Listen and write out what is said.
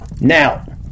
Now